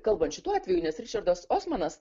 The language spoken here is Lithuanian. kalbant šituo atveju nes ričardas osmanas